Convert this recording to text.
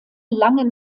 lange